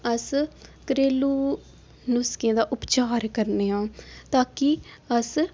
अस घरेलू नुस्खें दा उपचार करने आं ताकि अस